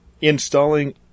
Installing